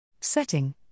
Setting